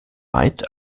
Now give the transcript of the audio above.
weit